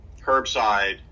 curbside